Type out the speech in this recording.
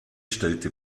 stellte